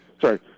Sorry